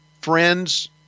friends